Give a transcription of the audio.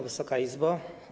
Wysoka Izbo!